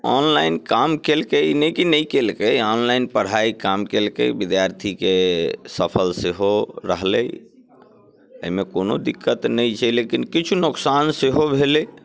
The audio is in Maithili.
ऑनलाइन काम केलकै ई नहि कि नहि केलकै ऑनलाइन पढ़ाइ काम केलकै विद्यार्थीके सफल सेहो रहलै एहिमे कोनो दिक्कत नहि छै लेकिन किछु नोकसान सेहो भेलै